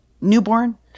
newborn